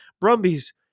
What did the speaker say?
Brumbies